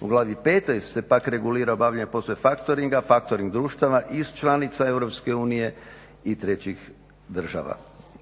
U glavi 5.se pak regulira obavljanje poslova factoringa, factoring društava iz članica EU i trećih država.